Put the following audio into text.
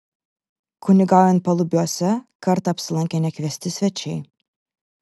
kunigaujant palubiuose kartą apsilankė nekviesti svečiai